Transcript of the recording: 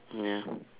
ya